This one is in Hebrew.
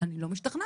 אני לא משתכנעת?